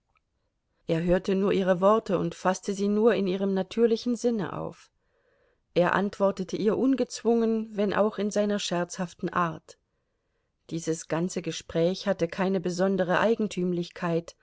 er hörte nur ihre worte und faßte sie nur in ihrem natürlichen sinne auf er antwortete ihr ungezwungen wenn auch in seiner scherzhaften art dieses ganze gespräch hatte keine besondere eigentümlichkeit